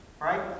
right